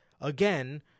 again